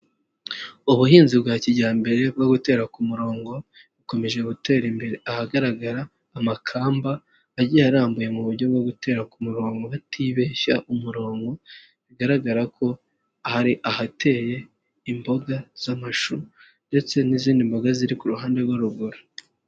Ubuhinzi bwa kijyambere bwo gutera ku murongo bukomeje gutera imbere. Ahagaragara amakamba agiye arambuye mu buryo bwo gutera ku murongo batibeshya umurongo, bigaragara ko hari ahateye imboga z'amashu ndetse n'izindi mboga ziri ku ruhande rwo ruguru.